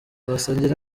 basangira